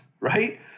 right